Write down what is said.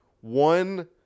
one